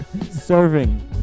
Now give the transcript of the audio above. Serving